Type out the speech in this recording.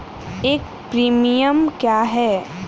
एक प्रीमियम क्या है?